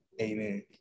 amen